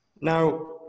now